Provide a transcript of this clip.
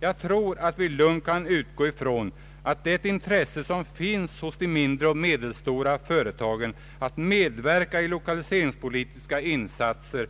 Jag tror att vi lugnt kan utgå från att det intresse som finns hos de mindre och medelstora företagen att medverka i lokaliseringspolitiska insatser